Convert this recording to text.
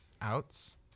outs